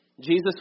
Jesus